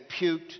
puked